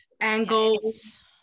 angles